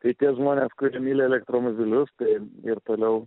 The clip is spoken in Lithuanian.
tai tie žmonės kurie myli elektromobilius tai ir toliau